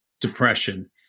depression